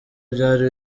byari